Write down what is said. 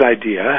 idea